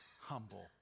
humble